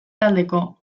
taldeko